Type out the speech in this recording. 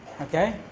Okay